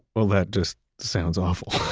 well, that just sounds awful.